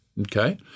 Okay